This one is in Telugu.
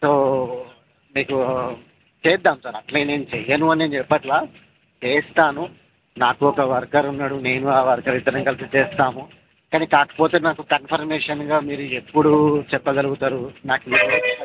సో మీకు చేద్దాము సార్ అట్లా నేను చేయను అని చెప్పట్లా చేస్తాను నాకు ఒక వర్కర్ ఉన్నాడు నేను ఆ వర్కర్ ఇద్దరం కలిసి చేస్తాము కానీ కాకపోతే నాకు కన్ఫర్మేషన్గా మీరు ఎప్పుడు చెప్పగలుగుతారు నాకు